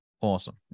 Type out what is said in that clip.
Awesome